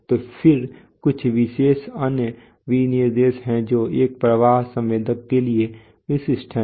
तो फिर कुछ विशेष अन्य विनिर्देश है जो एक प्रवाह संवेदक के लिए विशिष्ट हैं